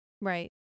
Right